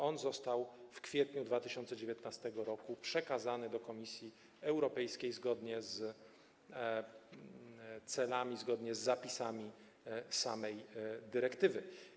On został w kwietniu 2019 r. przekazany do Komisji Europejskiej zgodnie z celami, zgodnie z zapisami samej dyrektywy.